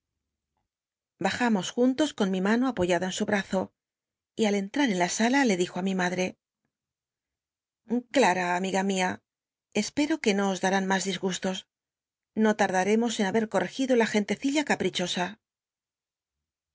bajamos juntos con mi mauo apoyada en su brazo y al cn trar en la sala le dijo i mi maclrc cla ra amiga mia c'peo que no os darán mas disgustos no tardaremos en haber corregido la gentecilla caprichosa